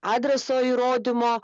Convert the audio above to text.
adreso įrodymą